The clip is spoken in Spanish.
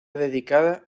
dedicada